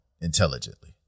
intelligently